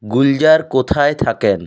গুলজার কোথায় থাকেন